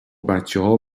بچهها